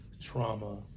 trauma